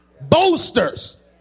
boasters